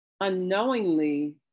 unknowingly